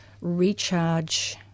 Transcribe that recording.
recharge